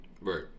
Right